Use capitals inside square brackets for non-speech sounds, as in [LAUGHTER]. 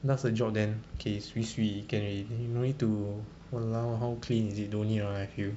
does the job then kay sui sui can already [NOISE] no need to !walao! how clean is it no need ah I feel